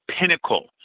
pinnacle